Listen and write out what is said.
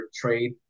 trade